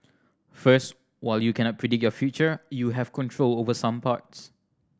first while you cannot predict your future you have control over some parts